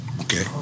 Okay